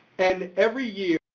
and every year,